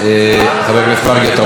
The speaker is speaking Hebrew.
חבר הכנסת מרגי, אתה רוצה לסכם?